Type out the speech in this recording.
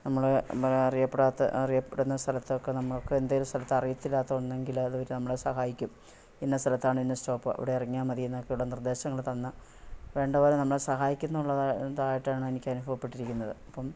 നമ്മൾ പിന്നേ അറിയപ്പെടാത്ത അറിയപ്പെടുന്ന സ്ഥലത്തൊക്കെ നമ്മൾക്ക് എന്തേലും സ്ഥലത്തൊക്കെ അറിയത്തില്ലാത്ത ഉണ്ടെങ്കിൽ അത് അവർ നമ്മളെ സഹായിക്കും ഇന്ന സ്ഥലത്താണ് ഇന്ന സ്റ്റോപ്പ് ഇവിടെ ഇറങ്ങിയാൽ മതി എന്നൊക്കെയുള്ള നിർദ്ദേശങ്ങൾ തന്നു വേണ്ട പോലെ നമ്മളെ സഹായിക്കുമെന്നുള്ളതാണ് ഇതായിട്ടാണ് എനിക്ക് അനുഭവപ്പെട്ടിരിക്കുന്നത് അപ്പം